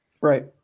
right